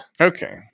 okay